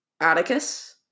Atticus